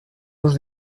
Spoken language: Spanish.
dos